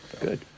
Good